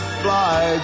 fly